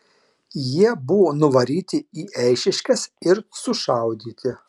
jie buvo nuvaryti į eišiškes ir sušaudyti